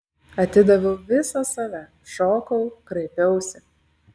atidaviau visą save šokau kraipiausi